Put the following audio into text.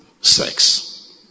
sex